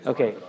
Okay